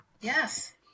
Yes